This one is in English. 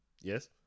Yes